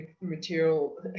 material